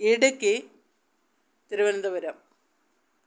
Idukki Thiruvananthapuram